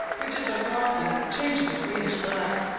which is a glossy, changeable, greenish black.